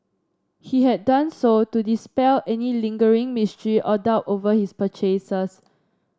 he had done so to dispel any lingering mystery or doubt over his purchases